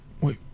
Wait